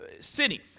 city